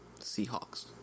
Seahawks